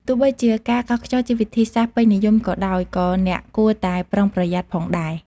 ទោះបីជាការកោសខ្យល់ជាវិធីសាស្ត្រពេញនិយមក៏ដោយ ក៏អ្នកគួរតែប្រុងប្រយ័ត្នផងដែរ។